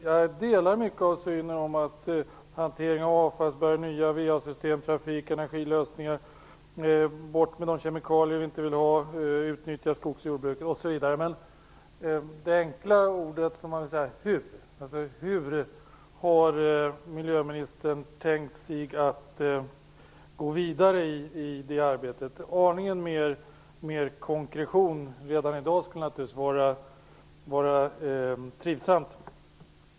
Jag delar mycket av synen på hanteringen av avfallsberg, nya va-system, trafik och energilösningar, på att kemikalier vi inte vill ha skall bort, att skogs och jordbruket skall utnyttjas osv. Men det enkla ordet är hur: Hur har miljöministern tänkt sig att gå vidare i det arbetet? En aning mer konkretion redan i dag skulle naturligtvis vara trivsamt.